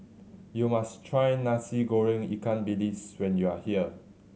you must try Nasi Goreng ikan bilis when you are here